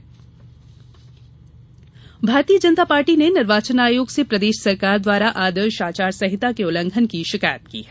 भाजपा शिकायत भारतीय जनता पार्टी ने निर्वाचन आयोग से प्रदेश सरकार द्वारा आदर्श आचार संहिता के उल्लंघन की शिकायत की है